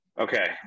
Okay